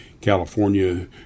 California